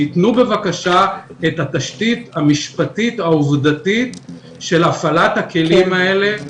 שיתנו בבקשה את התשתית המשפטית העובדתית של הפעלת הכלים האלה,